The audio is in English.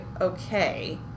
okay